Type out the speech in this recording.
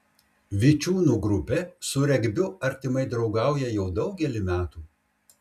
vičiūnų grupė su regbiu artimai draugauja jau daugelį metų